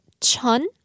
chun